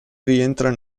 rientra